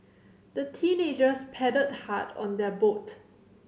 the teenagers paddled hard on their boat